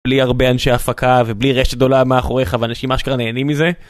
בלי הרבה אנשי הפקה ובלי רשת גדולה מאחוריך ואנשים אשכרה נהנים מזה.